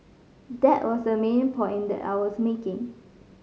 that was the main point that I was making